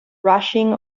rushing